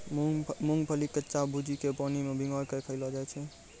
मूंगफली के कच्चा भूजिके पानी मे भिंगाय कय खायलो जाय छै